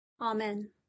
Amen